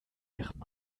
ihrem